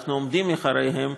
ואנחנו עומדים מאחוריהן,